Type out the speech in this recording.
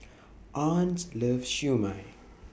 Arne's loves Siew Mai